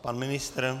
Pan ministr?